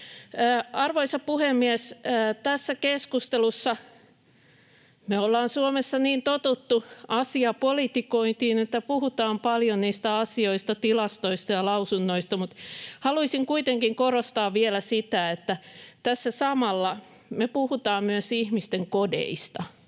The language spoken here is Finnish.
Arvoisa puhemies! Tässä keskustelussa me olemme Suomessa niin tottuneet asiapolitikointiin, että puhutaan paljon niistä asioista, tilastoista ja lausunnoista, mutta haluaisin kuitenkin korostaa vielä sitä, että tässä samalla me puhumme myös ihmisten kodeista,